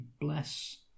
bless